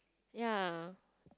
ya